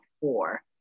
Four